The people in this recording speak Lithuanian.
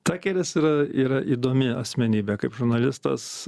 takeris yra yra įdomi asmenybė kaip žurnalistas